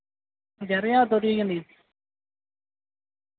ग्यारां ज्हार धोड़ी होई जन्दी